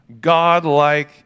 God-like